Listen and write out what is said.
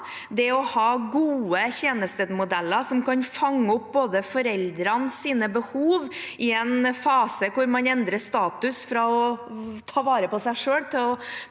Å ha gode tjenestemodeller som kan fange opp foreldrenes behov i en fase hvor man endrer status, fra å ta vare på seg selv til å